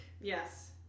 Yes